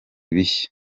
bishya